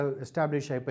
established